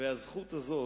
והזכות הזאת,